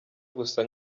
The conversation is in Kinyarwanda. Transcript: gusa